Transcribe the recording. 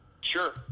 Sure